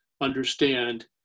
understand